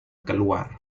keluar